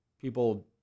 people